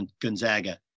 Gonzaga